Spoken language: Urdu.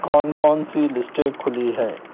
کون کون سی لِسٹیں کُھلی ہیں